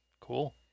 Cool